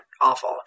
awful